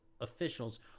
Officials